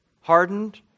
hardened